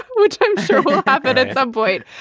which i'm sure that but it's a void.